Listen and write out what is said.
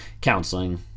counseling